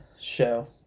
show